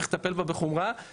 צריך לטפל בה בחומרה,